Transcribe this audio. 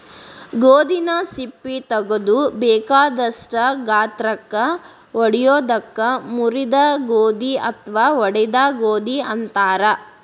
ಗೋಧಿನ ಸಿಪ್ಪಿ ತಗದು ಬೇಕಾದಷ್ಟ ಗಾತ್ರಕ್ಕ ಒಡಿಯೋದಕ್ಕ ಮುರಿದ ಗೋಧಿ ಅತ್ವಾ ಒಡದ ಗೋಧಿ ಅಂತಾರ